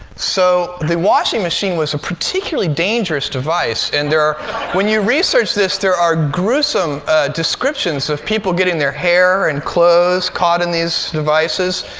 so the washing machine was a particularly dangerous device. and there are when you research this, there are gruesome descriptions of people getting their hair and clothes caught in these devices.